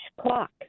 clock